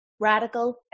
Radical